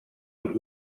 und